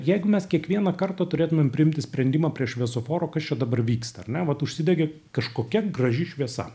jeigu mes kiekvieną kartą turėtumėm priimti sprendimą prie šviesoforo kas čia dabar vyksta ar ne vat užsidegė kažkokia graži šviesa